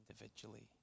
individually